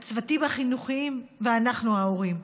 הצוותים החינוכיים ואנחנו ההורים,